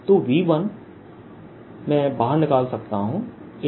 तो V1 मैं बाहर निकाल सकता हूं